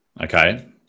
Okay